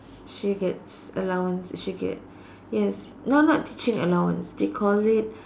she gets allowance she get yes no not teaching allowance they call it